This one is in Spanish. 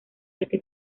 este